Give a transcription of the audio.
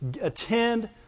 Attend